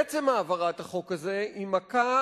עצם העברת החוק הזה היא מכה